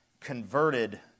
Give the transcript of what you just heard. converted